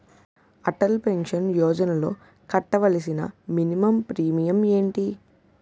Atal pension యోజనలో కట్టవలసిన minimum premium ఎంత?